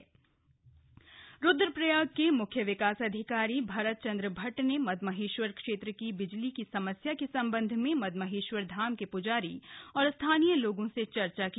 Madmaheshwar CDO Rudraprayag के मुख्य विकास अधिकारी भरत चंद्र भट्ट ने मम्महेश्वर क्षेत्र की बिजली की समस्या के सम्बन्ध में मद्महेश्वर धाम के प्जारी और स्थानीय लोगों से चर्चा की